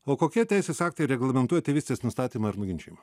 o kokie teisės aktai reglamentuoja tėvystės nustatymą ir nuginčijimą